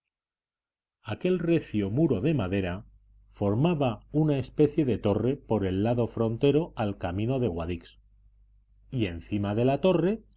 aquel recio muro de madera formaba una especie de torre por el lado frontero al camino de guadix y encima de esta torre